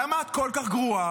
למה את כל כך גרועה?